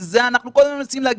וזה מה שאנחנו מנסים להגיד,